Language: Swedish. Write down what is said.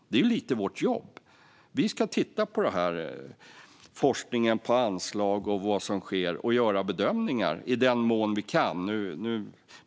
Det är ju lite vårt jobb. Vi ska titta på forskningen, på anslag och vad som sker och göra bedömningar, i den mån vi kan.